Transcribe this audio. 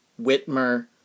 Whitmer